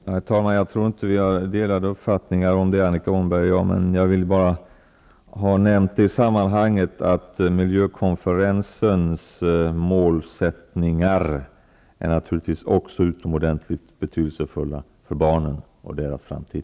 Herr talman! Jag tror inte att vi har delade meningar, men jag vill bara ha nämnt i sammanhanget att miljökonferensens målsättningar naturligtvis också är utomordentligt betydelsefulla för barnen och deras framtid.